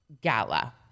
gala